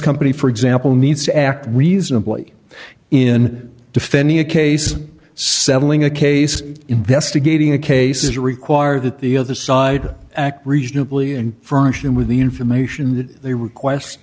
company for example needs to act reasonably in defending a case settling a case investigating a cases require that the other side act reasonably and furnish him with the information th